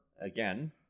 again